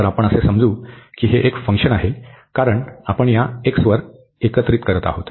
तर आपण असे समजू की हे एक फंक्शन आहे कारण आपण या x वर एकत्रित करत आहोत